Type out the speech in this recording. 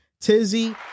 Tizzy